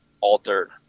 altered